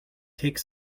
take